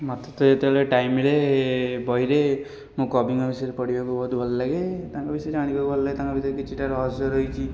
ମୋତେ ତ ଯେତେବେଳେ ଟାଇମ୍ ମିଳେ ବହିରେ ମୁଁ କବିଙ୍କ ବିଷୟରେ ପଢ଼ିବାକୁ ବହୁତ ଭଲଲାଗେ ତାଙ୍କ ବିଷୟରେ ଜାଣିବାକୁ ଭଲଲାଗେ ତାଙ୍କ ବିଷୟରେ କିଛିଟା ରହସ୍ୟ ରହିଛି